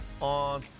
on